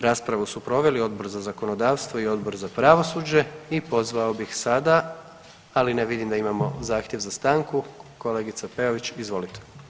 Raspravu su proveli Odbor za zakonodavstvo i Odbor za pravosuđe i pozvao bih sada, ali ne, vidim da imamo zahtjev za stanku, kolegice Peović izvolite.